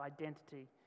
identity